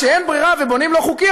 כשאין ברירה ובונים לא חוקי,